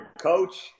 coach